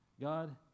God